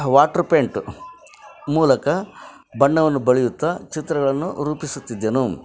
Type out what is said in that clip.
water paint ಮೂಲಕ ಬಣ್ಣವನ್ನು ಬಳಿಯುತ್ತ ಚಿತ್ರಗಳನ್ನು ರೂಪಿಸುತ್ತಿದ್ದೆನು